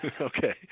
Okay